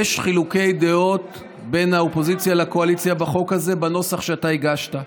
יש חילוקי דעות בין האופוזיציה לקואליציה בחוק הזה על הנוסח שאתה הגשת,